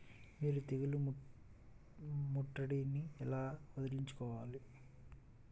మీరు తెగులు ముట్టడిని ఎలా వదిలించుకోవాలి?